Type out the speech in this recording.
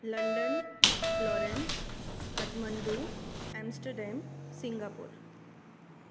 London florence Kathmandu Amsterdam Singapore